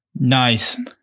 Nice